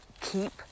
keep